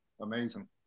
Amazing